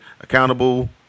accountable